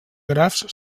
grafs